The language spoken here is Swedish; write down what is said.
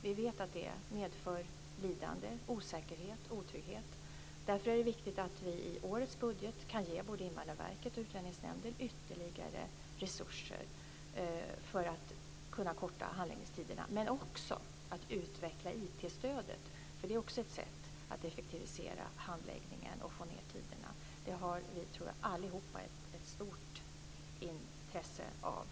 Vi vet att det medför lidande, osäkerhet och otrygghet. Därför är det viktigt att vi i årets budget kan ge både Invandrarverket och Utlänningsnämnden ytterligare resurser för att korta handläggningstiderna men också för att utveckla IT-stödet. Det är också ett sätt att effektivisera handläggningen och få ned tiderna. Det tror jag att vi alla har ett stort intresse av.